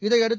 இதையடுத்து